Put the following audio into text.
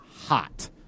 hot